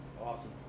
Awesome